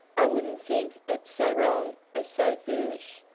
i wouldn't think it so wrong as so foolish.